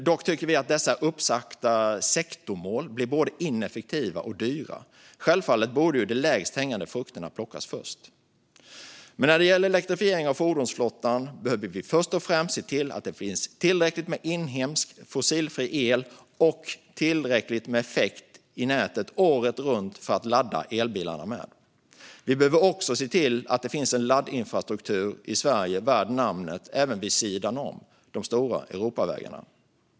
Dock tycker vi att dessa uppsatta sektorsmål blir både ineffektiva och dyra. Självfallet borde de lägst hängande frukterna plockas först. När det gäller elektrifiering av fordonsflottan behöver vi först och främst se till att det finns tillräckligt med inhemsk fossilfri el och tillräckligt med effekt i nätet året runt för att ladda elbilarna. Vi behöver också se till att det finns en laddinfrastruktur värd namnet i Sverige, även vid sidan om de stora Europavägarna.